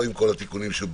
לא עם אלה שהתבקשו.